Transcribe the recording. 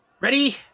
Ready